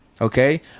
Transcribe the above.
Okay